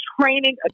training